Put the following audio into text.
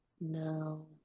No